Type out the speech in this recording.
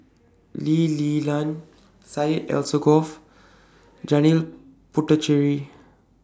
Lee Li Lian Syed Alsagoff Janil Puthucheary